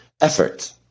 Effort